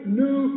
new